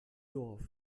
dorf